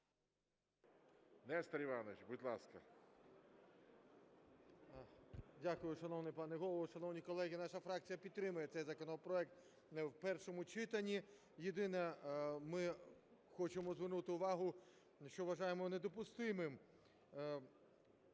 Нестор Іванович, будь ласка. 12:40:19 ШУФРИЧ Н.І. Дякую. Шановний пане Голово, шановні колеги, наша фракція підтримує цей законопроект в першому читанні. Єдине, ми хочемо звернути увагу, що вважаємо недопустимим